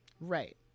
Right